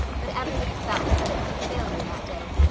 but everybody felt that it was a failure that day.